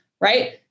right